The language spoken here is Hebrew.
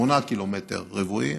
8 קילומטר רבועים,